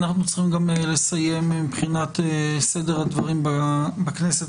אנחנו צריכים לסיים מבחינת סדר הדברים בכנסת.